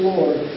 Lord